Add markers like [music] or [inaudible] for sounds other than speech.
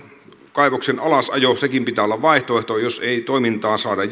kaivoksen alasajon pitää olla vaihtoehto jos ei toimintaan saada [unintelligible]